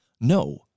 No